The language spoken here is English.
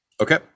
Okay